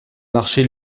marché